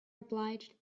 obliged